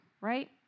right